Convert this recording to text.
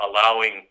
allowing